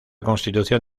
constitución